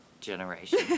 generation